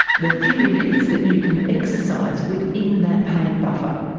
the theory is that you can exercise within that pain buffer.